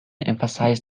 emphasized